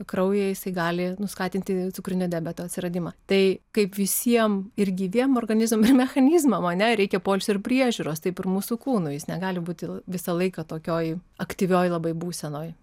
kraujyje jisai gali nu skatinti cukrinio diabeto atsiradimą tai kaip visiem ir gyviem organizmam ir mechanizmam ar ne reikia poilsio ir priežiūros taip ir mūsų kūnui jis negali būti visą laiką tokioj aktyvioj labai būsenoj